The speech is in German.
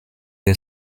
der